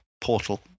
portal